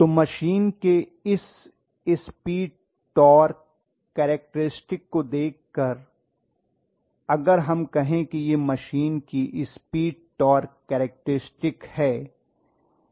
तो मशीन के इस स्पीड टॉर्क करैक्टेरिस्टिक्स को देखकर अगर हम कहें कि यह मशीन की स्पीड टॉर्क करैक्टेरिस्टिक्स है